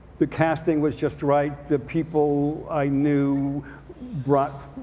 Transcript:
the casting was just right. the people i knew brought